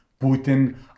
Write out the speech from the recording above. Putin